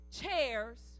chairs